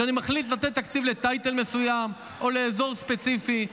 שאני מחליט לתת תקציב לטייטל מסוים או לאזור ספציפי.